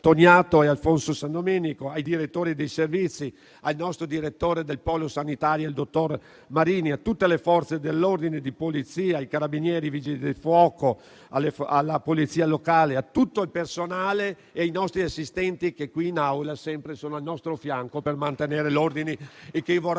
Toniato e Alfonso Sandomenico, ai direttori dei servizi, al nostro direttore del polo sanitario, dottor Marini, a tutte le Forze dell'ordine di polizia, carabinieri, vigili del fuoco e polizia locale, nonché a tutto il personale e agli assistenti che qui in Aula sono sempre al nostro fianco per mantenere l'ordine. A tutta